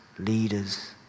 Leaders